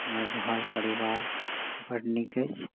हमर घर परिवार बड्ड नीक अछि